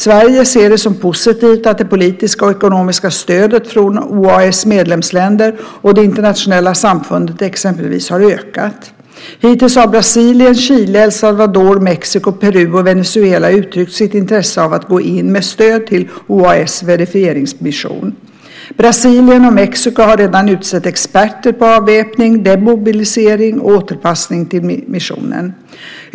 Sverige ser det som positivt att det politiska och ekonomiska stödet från OAS medlemsländer och det internationella samfundet exempelvis har ökat. Hittills har Brasilien, Chile, El Salvador, Mexiko, Peru och Venezuela uttryckt sitt intresse av att gå in med stöd till OAS verifieringsmission. Brasilien och Mexiko har redan utsett experter på avväpning, demobilisering och återanpassning till missionen.